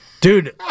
Dude